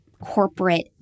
corporate